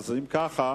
להצביע.